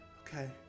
Okay